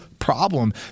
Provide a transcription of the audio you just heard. Problem